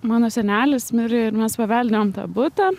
mano senelis mirė ir mes paveldėjom tą butą